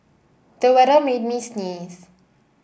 the weather made me sneeze